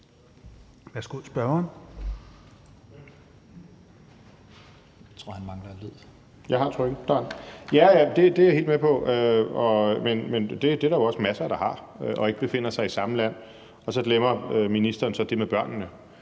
Værsgo til spørgeren. Kl. 16:00 Morten Messerschmidt (DF): Ja, det er jeg helt med på, men det er der jo også masser, der har, som ikke befinder sig i samme land. Og så glemmer ministeren det med børnene.